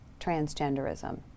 transgenderism